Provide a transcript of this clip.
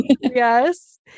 Yes